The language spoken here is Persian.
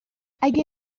اگه